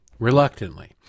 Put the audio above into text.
Reluctantly